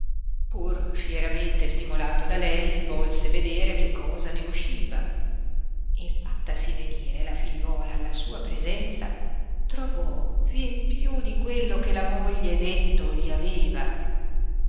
pur fieramente stimolato da lei volse vedere che cosa ne riusciva e fattasi venire la figliuola alla sua presenza trovò vie più di quello che la moglie detto gli aveva